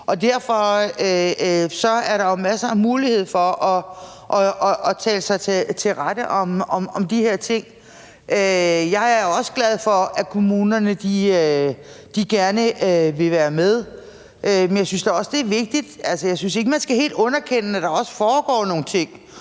derfor er der jo masser af mulighed for at tale sig til rette om de her ting. Jeg er også glad for, at kommunerne gerne vil være med, men jeg synes ikke, at man helt skal underkende, at der også foregår nogle ting